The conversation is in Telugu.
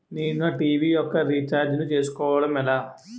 నేను నా టీ.వీ యెక్క రీఛార్జ్ ను చేసుకోవడం ఎలా?